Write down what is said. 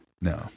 No